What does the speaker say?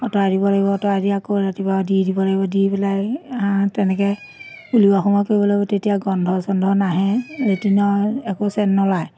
আঁতৰাই দিব লাগিব আঁতৰাই দি আকৌ ৰাতিপুৱা দি দিব লাগিব দি পেলাই আ তেনেকৈ উলিওৱা সোমোৱা কৰিব লাগিব তেতিয়া গোন্ধ চোন্ধ নাহে লেটিনৰ একো চেণ্ট নোলায়